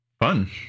Fun